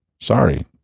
sorry